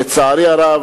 לצערי הרב,